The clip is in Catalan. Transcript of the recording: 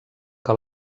que